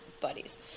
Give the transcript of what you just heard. buddies